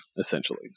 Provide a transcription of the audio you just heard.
essentially